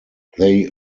they